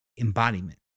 embodiment